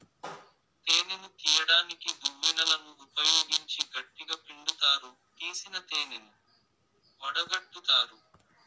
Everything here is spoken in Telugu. తేనెను తీయడానికి దువ్వెనలను ఉపయోగించి గట్టిగ పిండుతారు, తీసిన తేనెను వడగట్టుతారు